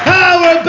power